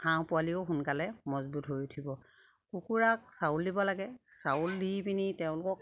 হাঁহ পোৱালিও সোনকালে মজবুত হৈ উঠিব কুকুৰাক চাউল দিব লাগে চাউল দি পিনি তেওঁলোকক